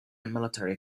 military